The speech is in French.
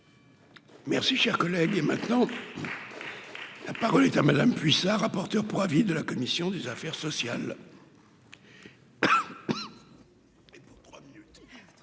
Merci, cher collègue, et maintenant la parole est à madame Puissat, rapporteure pour avis de la commission des affaires sociales.